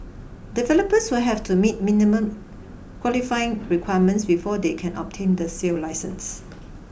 developers will have to meet minimum qualifying requirements before they can obtain the sale licence